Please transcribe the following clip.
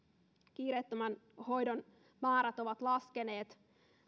kiireettömän hoidon määrät ovat laskeneet